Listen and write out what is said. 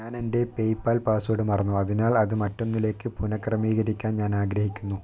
ഞാൻ എൻ്റെ PayPal password മറന്നു അതിനാൽ അത് മറ്റൊന്നിലേക്ക് പുനഃക്രമീകരിക്കാൻ ഞാൻ ആഗ്രഹിക്കുന്നു